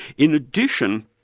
in addition,